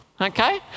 okay